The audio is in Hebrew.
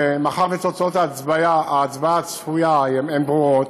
מאחר שתוצאות ההצבעה הצפויה הן ברורות,